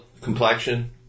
complexion